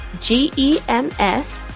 G-E-M-S